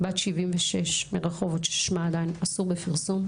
בת 76 מרחובות ששמה עדיין אסור בפרסום,